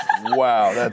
Wow